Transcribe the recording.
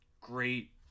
great